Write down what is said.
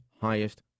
highest